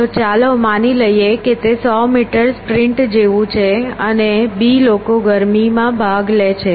તો ચાલો માની લઈએ કે તે 100 મીટર સ્પ્રિન્ટ જેવું છે અને b લોકો ગરમીમાં ભાગ લે છે